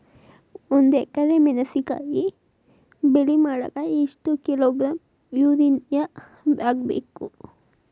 ಒಂದ್ ಎಕರೆ ಮೆಣಸಿನಕಾಯಿ ಬೆಳಿ ಮಾಡಾಕ ಎಷ್ಟ ಕಿಲೋಗ್ರಾಂ ಯೂರಿಯಾ ಹಾಕ್ಬೇಕು?